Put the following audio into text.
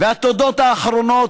ואת התודות האחרונות,